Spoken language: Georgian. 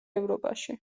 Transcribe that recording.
ევროპაში